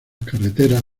carreteras